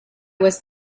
was